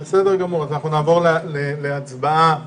אז נעבור להצבעה